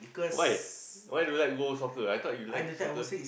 why why don't like go soccer I thought you like soccer